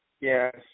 yes